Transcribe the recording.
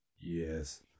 Yes